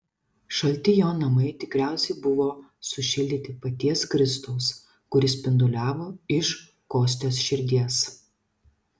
šalti jo namai tikriausiai buvo sušildyti paties kristaus kuris spinduliavo iš kostios širdies